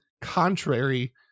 contrary